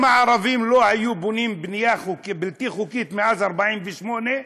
אם הערבים לא היו בונים בנייה בלתי חוקית מאז 48',